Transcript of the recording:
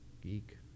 geek